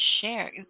share